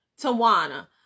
Tawana